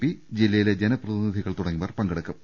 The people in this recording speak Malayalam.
പി ജില്ലയിലെ ജനപ്രതിനിധികൾ തുടങ്ങിയ വർ പങ്കെടുക്കും